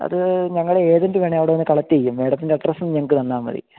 അത് ഞങ്ങളുടെ എജന്റ് വേണേൽ അവിടെ വന്ന് കളക്ട് ചെയ്യും മാഡത്തിന്റെ അഡ്രസ് ഒന്ന് ഞങ്ങൾക്ക് തന്നാൽ മതി